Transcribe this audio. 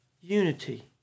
Unity